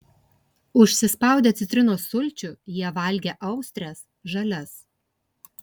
užsispaudę citrinos sulčių jie valgė austres žalias